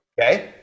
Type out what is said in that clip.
okay